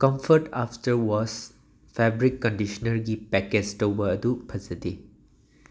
comfort after wash fabric ꯀꯟꯗꯤꯁꯅꯔꯒꯤ packets ꯇꯧꯕ ꯑꯗꯨ ꯐꯖꯗꯦ